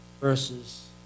verses